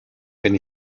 wenn